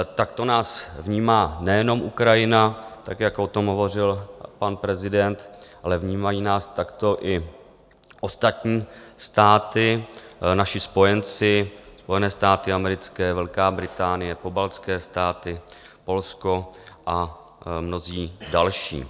Takto nás vnímá nejenom Ukrajina, jak o tom hovořil pan prezident, ale vnímají nás takto i ostatní státy, naši spojenci Spojené státy americké, Velká Británie, pobaltské státy, Polsko a mnozí další.